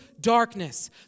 darkness